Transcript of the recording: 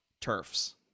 turfs